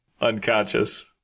unconscious